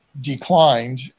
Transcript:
declined